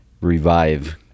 revive